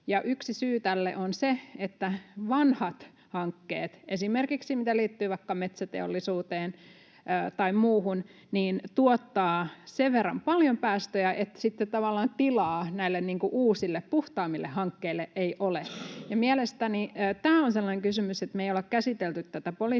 yksi syy tälle on se, että vanhat hankkeet, jotka esimerkiksi liittyvät vaikka metsäteollisuuteen tai muuhun, tuottavat sen verran paljon päästöjä, että sitten tavallaan tilaa näille uusille puhtaammille hankkeille ei ole. Mielestäni tämä on sellainen kysymys, että me ei olla käsitelty tätä poliittisesti